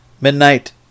midnight